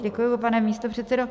Děkuji, pane místopředsedo.